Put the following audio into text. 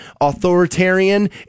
authoritarian